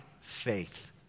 faith